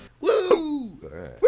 Woo